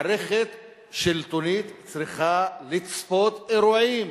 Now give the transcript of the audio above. מערכת שלטונית צריכה לצפות אירועים